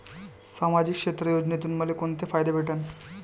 सामाजिक क्षेत्र योजनेतून मले कोंते फायदे भेटन?